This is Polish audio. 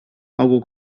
ogół